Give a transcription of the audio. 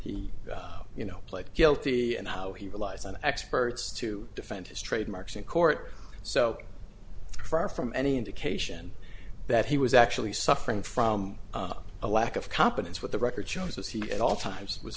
he you know pled guilty and now he relies on experts to defend his trademarks in court so far from any indication that he was actually suffering from a lack of competence with the record shows was he at all times was